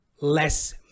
less